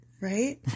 right